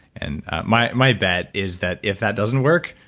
and my my bet is that if that doesn't work,